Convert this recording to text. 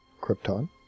Krypton